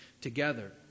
together